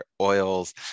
oils